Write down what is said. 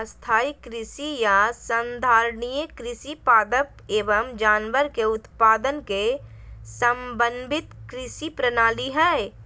स्थाई कृषि या संधारणीय कृषि पादप एवम जानवर के उत्पादन के समन्वित कृषि प्रणाली हई